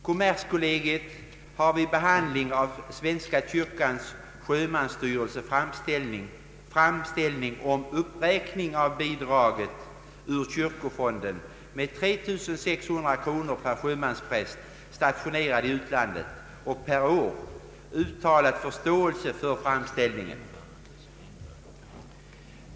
Kommerskollegium har vid behandlingen av framställningen från svenska kyrkans sjömansvårdsstyrelse om uppräkning av bidraget ur kyrkofonden med 3 600 kronor per år till sjömanspräst, stationerad i utlandet, uttalat förståelse för framställningen.